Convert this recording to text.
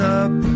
up